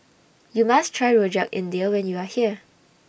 YOU must Try Rojak India when YOU Are here